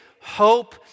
hope